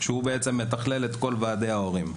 שהוא בעצם מתחלל את כל ועדי ההורים.